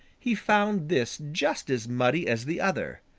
he found this just as muddy as the other.